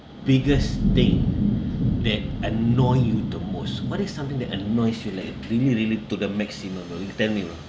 biggest thing that annoy you the most what is something that annoys you like uh really really to the maximum bro you tell me bro